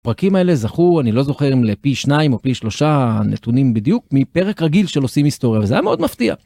הפרקים האלה זכו, אני לא זוכר אם לפי שניים או פי שלושה נתונים בדיוק, מפרק רגיל של עושים היסטוריה, וזה היה מאוד מפתיע.